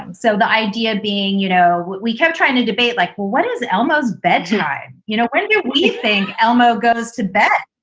and so the idea being, you know, we kept trying to debate like, what is elmo's bed tonight? you know, when do we think elmo goes to bed?